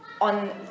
on